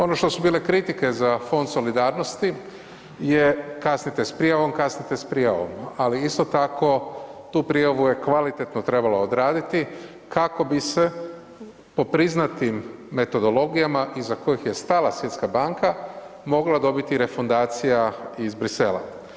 Ono to su bile kritike za Fond solidarnosti je kasnite s prijavom, kasnite s prijavom, ali isto tako tu prijavu je kvalitetno trebalo odraditi kako bi se po priznatim metodologijama iza kojih je stala Svjetska banka mogla dobiti refundacija iz Bruxellesa.